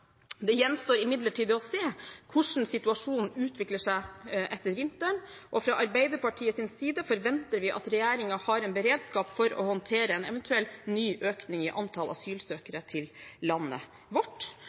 Det gjenstår imidlertid å se hvordan situasjonen utvikler seg etter vinteren. Fra Arbeiderpartiets side forventer vi at regjeringen har en beredskap for å håndtere en eventuell ny økning i antall asylsøkere til landet vårt.